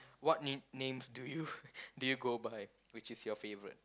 what name~ names do you do you go by which is your favourite